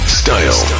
style